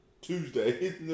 Tuesday